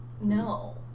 No